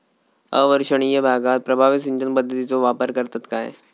अवर्षणिय भागात प्रभावी सिंचन पद्धतीचो वापर करतत काय?